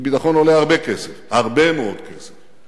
וביטחון עולה הרבה כסף, הרבה מאוד כסף.